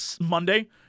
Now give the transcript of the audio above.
Monday